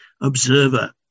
observer